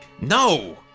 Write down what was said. No